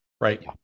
right